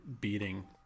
beating